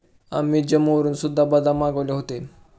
आम्ही जम्मूवरून सुद्धा बदाम मागवले होते